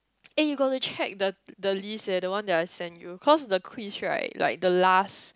eh you got to check the the list eh the one that I send you cause the quiz right like the last